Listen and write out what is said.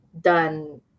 done